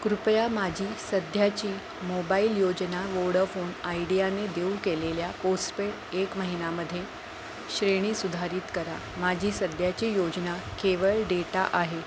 कृपया माझी सध्याची मोबाईल योजना वोडफोन आयडियाने देऊ केलेल्या पोस्टपेड एक महिन्यामध्ये श्रेणी सुधारित करा माझी सध्याची योजना केवळ डेटा आहे